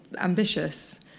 ambitious